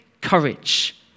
courage